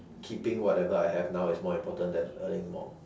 keeping whatever I have now is more important than earning more